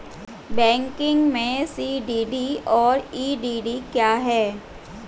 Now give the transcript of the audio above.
Banking में CDD और EDD क्या हैं?